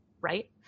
right